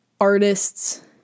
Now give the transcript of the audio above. artists